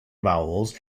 vowels